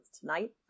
tonight